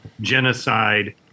genocide